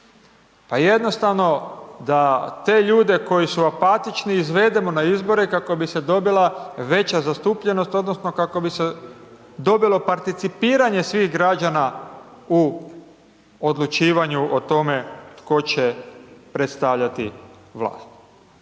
pa jednostavno da te ljude koji su apatični izvedemo na izbore kako bi se dobila veća zastupljenost odnosno kako bi se dobilo participiranje svih građana u odlučivanju o tome tko će predstavljati vlast.